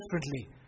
differently